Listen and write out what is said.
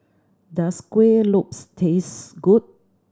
does Kuih Lopes taste good